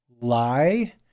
lie